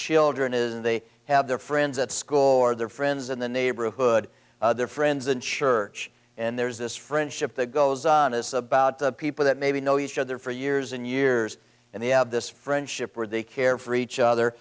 children is they have their friends at school or their friends in the neighborhood their friends in church and there's this friendship that goes on it's about the people that maybe know each other for years and years and they have this friendship or they care for each other